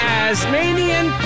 Tasmanian